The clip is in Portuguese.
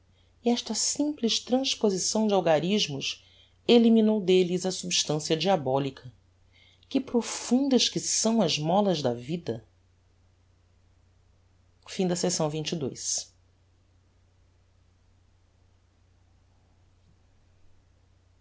esta simples transposição de algarismos eliminou delles a substancia diabolica que profundas que são as molas da vida capitulo